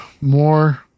more